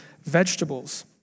vegetables